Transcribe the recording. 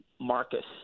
Marcus